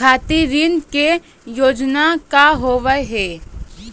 खातिर ऋण के योजना का होव हेय?